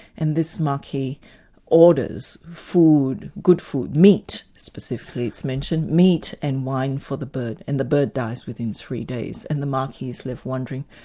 and this marquis orders food, good food, meat specifically is mentioned, meat and wine for the bird, and the bird dies within three days and the marquis is left wondering,